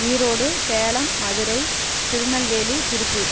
Erode Salem Madurai Tirunelveli Tiruppur